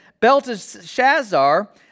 Belteshazzar